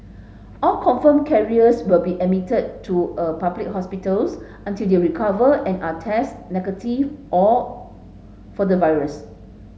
all confirmed carriers will be admitted to a public hospitals until they recover and are tested negative all for the virus